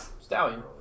stallion